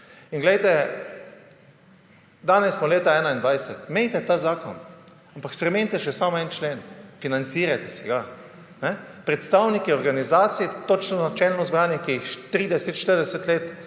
naprej. Danes smo leta 2022. Imejte ta zakon. Ampak spremenite še samo en člen. Financirajte si ga. Predstavniki organizacij, točno načelno izbrani, ki jih 30, 40 let